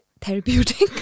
Therapeutic